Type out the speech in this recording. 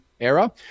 era